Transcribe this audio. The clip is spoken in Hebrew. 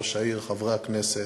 ראש העיר, חברי הכנסת,